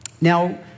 Now